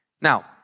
Now